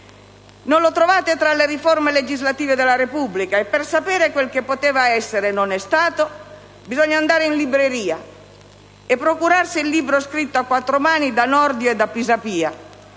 Non lo trovate tra le riforme legislative della Repubblica. E per sapere quel che poteva essere e non è stato, bisogna andare in libreria e procurarsi il libro scritto a quattro mani da Nordio e da Pisapia,